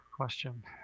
question